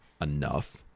enough